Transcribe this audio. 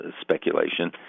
speculation